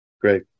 Great